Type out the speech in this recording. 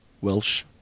Welsh